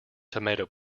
tomato